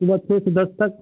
सुबह छः से दस तक